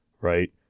Right